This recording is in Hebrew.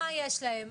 מה יש להם,